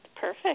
Perfect